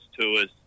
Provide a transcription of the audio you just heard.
tours